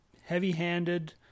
heavy-handed